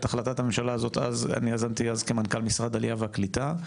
אני יזמתי אז את החלטת הממשלה הזו כמנכ"ל משרד העלייה והקליטה.